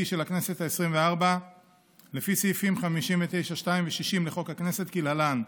של הכנסת העשרים-וארבע לפי סעיפים 59(2) ו-60 לחוק הכנסת כלהלן: